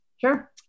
Sure